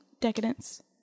decadence